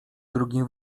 drugim